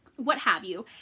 what have you,